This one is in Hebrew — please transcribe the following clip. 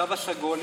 התו הסגול,